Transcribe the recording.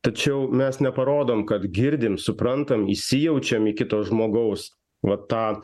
tačiau mes neparodom kad girdim suprantam įsijaučiam į kito žmogaus va tą